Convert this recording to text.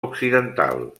occidental